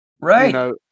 Right